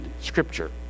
scripture